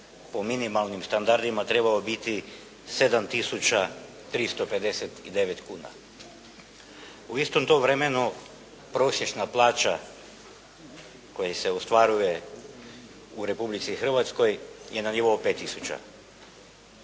po minimalnim standardima trebao biti 7 tisuća 359 kuna. U istom tom vremenu prosječna plaća koja se ostvaruje u Republici Hrvatskoj je na nivou 5